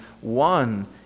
one